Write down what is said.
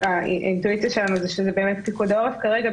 האינטואיציה שלנו שזה פיקוד העורף כרגע,